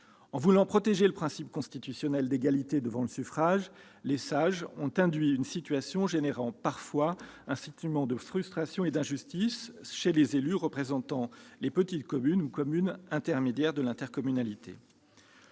En voulant protéger le principe constitutionnel d'égalité devant le suffrage, les Sages ont créé une situation engendrant parfois un sentiment de frustration et d'injustice chez les élus représentant les petites communes ou les communes intermédiaires des intercommunalités.